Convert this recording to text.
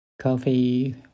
Coffee